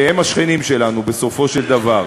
הם השכנים שלנו, בסופו של דבר.